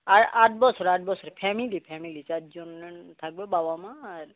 আট আট দশ আট দশ ফ্যামিলি ফ্যামিলি চারজন থাকবে বাবা মা আর